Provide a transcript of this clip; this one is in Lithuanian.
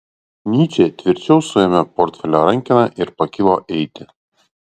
nyčė tvirčiau suėmė portfelio rankeną ir pakilo eiti